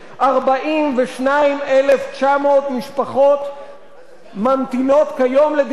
42,900 משפחות ממתינות כיום לדירה בדיור הציבורי,